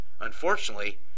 Unfortunately